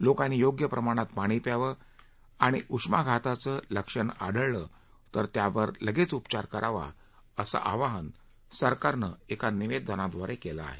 लोकांनी योग्य प्रमाणात पाणी प्यावं आणि उष्माघाताचं लक्षण आढळलं तर त्यावर लगेच उपचार करावा असं आवाहन सरकारनं एका निवेदनाद्वारे केलं आहे